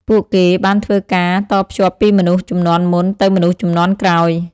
ពួកគេបានធ្វើការតភ្ជាប់ពីមនុស្សជំនាន់មុនទៅមនុស្សជំនាន់ក្រោយ។